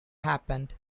happened